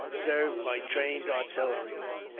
served by trained artillerymen.